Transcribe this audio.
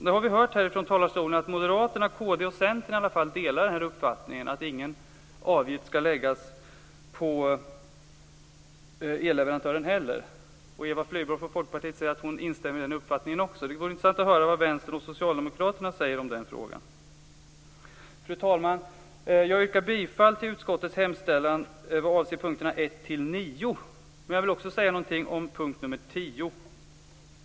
Nu har vi hört från talarstolen att Moderaterna, kd och Centern delar uppfattningen att ingen avgift skall läggas på elleverantören. Eva Flyborg från Folkpartiet säger att hon också instämmer i den uppfattningen. Det vore intressant att höra vad Vänstern och Socialdemokraterna säger i den frågan. Fru talman! Jag yrkar bifall till utskottets hemställan vad avser mom. 1-9. Men jag vill också säga några ord om mom. 10.